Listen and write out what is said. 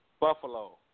Buffalo